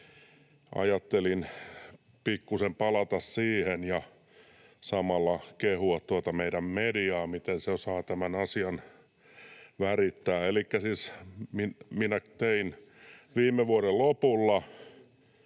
ajattelin pikkuisen palata siihen ja samalla kehua meidän mediaa, miten se osaa tämän asian värittää. Elikkä siis minä tein viime vuoden lopulla